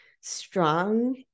strong